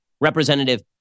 representative